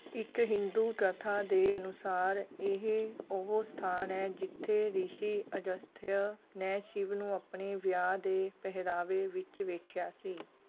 ਇੱਕ ਹਿੰਦੂ ਕਥਾ ਦੇ ਅਨੁਸਾਰ ਇਹ ਉਹ ਸਥਾਨ ਹੈ ਜਿੱਥੇ ਰਿਸ਼ੀ ਅਗਸਥਯ ਨੇ ਸ਼ਿਵ ਨੂੰ ਆਪਣੇ ਵਿਆਹ ਦੇ ਪਹਿਰਾਵੇ ਵਿੱਚ ਵੇਖਿਆ ਸੀ